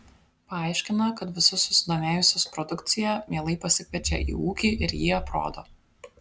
paaiškina kad visus susidomėjusius produkcija mielai pasikviečia į ūkį ir jį aprodo